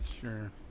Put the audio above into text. Sure